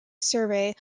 survey